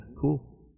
Cool